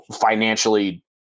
financially